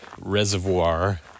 Reservoir